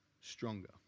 stronger